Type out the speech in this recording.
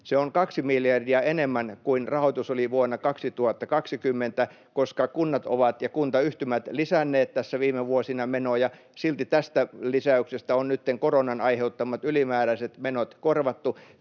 Se on 2 miljardia enemmän kuin rahoitus oli vuonna 2020, koska kunnat ovat, ja kuntayhtymät, lisänneet tässä viime vuosina menoja. Silti tästä lisäyksestä on nytten koronan aiheuttamat ylimääräiset menot korjattu